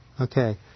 Okay